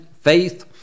faith